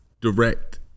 direct